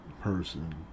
person